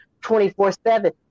24-7